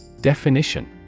Definition